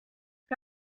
què